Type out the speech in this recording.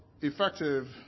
effective